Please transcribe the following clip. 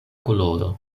koloro